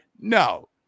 No